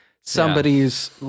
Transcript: somebody's